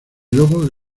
luego